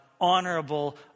honorable